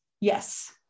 Yes